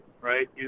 right